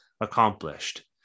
accomplished